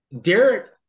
Derek